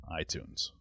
iTunes